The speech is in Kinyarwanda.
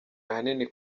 ahanini